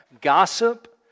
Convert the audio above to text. gossip